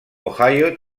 ohio